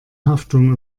haftung